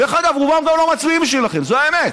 דרך אגב, רובם גם לא מצביעים בשבילכם, זאת האמת.